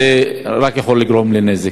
זה רק יכול לגרום נזק.